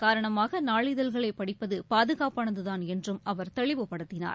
காரணமாகநாளிதழ்களைபடிப்பதுபாதுகாப்பானதுதான் என்றும் இதன் அவர் தெளிவுபடுத்தினார்